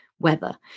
weather